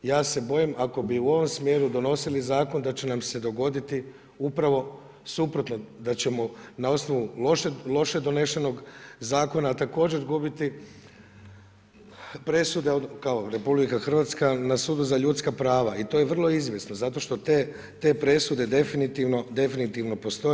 Ja se bojim, ako bi u ovom smjeru donosili zakon da će nam se dogoditi upravo suprotno, da ćemo na osnovu loše donesenog zakona također gubiti presude kao Republika Hrvatska na Sudu za ljudska prava i to je vrlo izvjesno zato što te presude definitivno postoje.